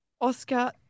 Oscar